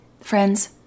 Friends